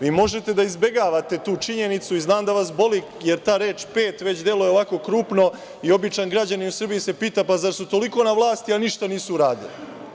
Vi možete da izbegavate tu činjenicu i znam da vas boli, jer ta reč - pet već deluje krupno i običan građanin u Srbiji se pita – pa, zar su toliko na vlasti a ništa nisu uradili?